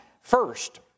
first